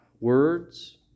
words